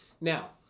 now